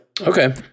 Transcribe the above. Okay